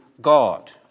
God